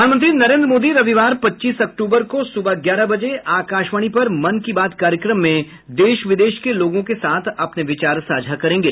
प्रधानमंत्री नरेन्द्र मोदी रविवार पच्चीस अक्टूबर को सुबह ग्यारह बजे आकाशवाणी पर मन की बात कार्यक्रम में देश विदेश के लोगों के साथ अपने विचार साझा करेंगे